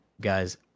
guys